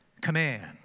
command